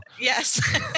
Yes